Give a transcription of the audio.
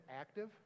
active